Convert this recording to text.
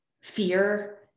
fear